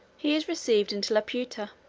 he is received into laputa.